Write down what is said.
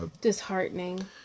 Disheartening